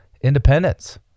independence